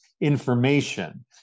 information